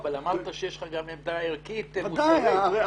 אמרת שיש לך גם עמדה ערכית, מוסרית.